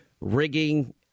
rigging